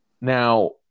Now